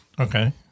Okay